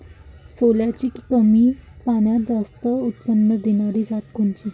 सोल्याची कमी पान्यात जास्त उत्पन्न देनारी जात कोनची?